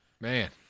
man